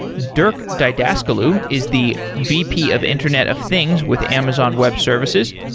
dirk didascalou is the vp of internet of things with amazon web services.